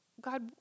God